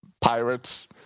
Pirates